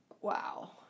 wow